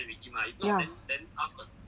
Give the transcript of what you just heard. ya